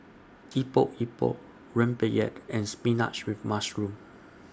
Epok Epok Rempeyek and Spinach with Mushroom